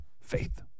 Faith